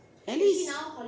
at least